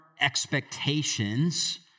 expectations